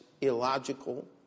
illogical